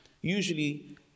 usually